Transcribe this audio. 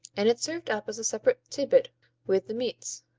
and it's served up as a separate tidbit with the meats.